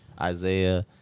Isaiah